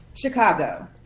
Chicago